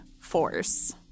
force